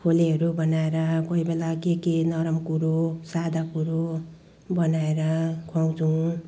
खोलेहरू बनाएर कोही बेला के के नरम कुरो सादा कुरो बनाएर खुवाउँछौँ